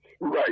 right